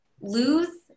lose